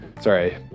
sorry